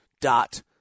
dot